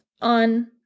on